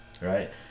right